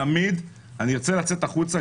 תמיד אני ארצה לצאת החוצה,